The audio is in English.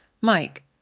Mike